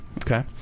Okay